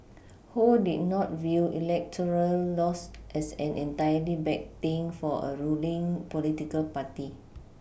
who did not view electoral loss as an entirely bad thing for a ruling political party